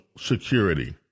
Security